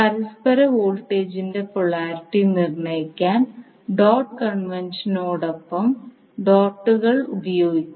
പരസ്പര വോൾട്ടേജിന്റെ പൊളാരിറ്റി നിർണ്ണയിക്കാൻ ഡോട്ട് കൺവെൻഷനോടൊപ്പം ഡോട്ടുകൾ ഉപയോഗിക്കും